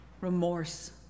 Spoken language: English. remorse